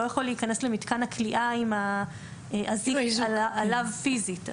הוא לא יכול להיכנס למתקן הכליאה עם האזיק עליו פיזית.